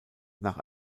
nach